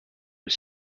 its